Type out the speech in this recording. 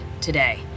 today